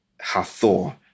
Hathor